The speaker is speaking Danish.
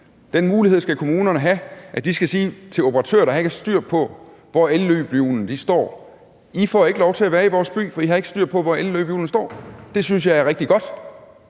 Den mulighed skal kommunerne have. De skal kunne sige til operatører, der ikke har styr på, hvor elløbehjulene står: I får ikke lov til at være i vores by, for I har ikke styr på, hvor elløbehjulene står. Det synes jeg er rigtig godt.